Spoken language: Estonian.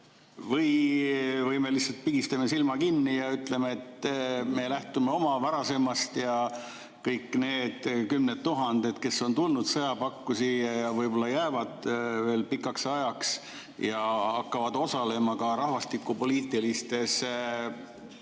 Või me lihtsalt pigistame silma kinni ja ütleme, et me lähtume varasemast, ja kõik need kümned tuhanded, kes on tulnud siia sõjapakku ja võib-olla jäävad veel pikaks ajaks ja hakkavad osalema ka rahvastikupoliitilistes